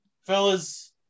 fellas